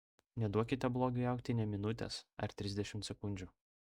neduokite blogiui augti nė minutės ar trisdešimt sekundžių